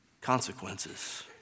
consequences